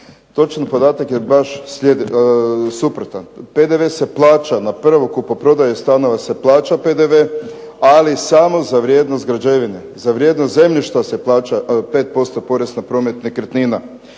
Točno podatak je baš suprotan, PDV se plaća na prvo kupoprodaju stanova se plaća PDV ali samo za vrijednost građevine, za vrijednost zemljišta se plaća 5% porez na promet nekretnina.